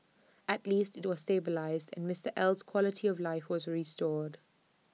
at least IT was stabilised and Mister L's quality of life was restored